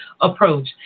approach